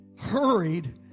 hurried